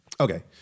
Okay